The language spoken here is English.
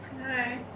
Hi